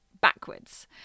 backwards